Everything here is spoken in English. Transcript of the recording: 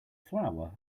flour